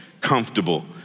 comfortable